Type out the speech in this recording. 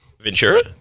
Ventura